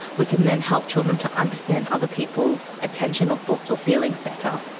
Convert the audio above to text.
we can then help children to understand other people's attention or thoughts or feelings better.